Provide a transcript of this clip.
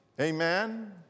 Amen